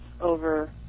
over